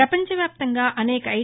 ప్రపంచవ్యాప్తంగా అనేక ఐ